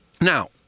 Now